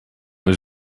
was